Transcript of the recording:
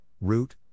root